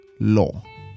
Law